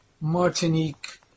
Martinique